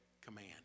command